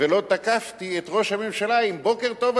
ולא תקפתי את ראש הממשלה עם "בוקר טוב,